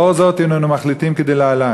"לאור זאת הננו מחליטים כדלהלן: